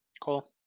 Cool